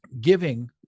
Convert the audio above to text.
giving